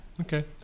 Okay